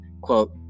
quote